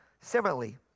Similarly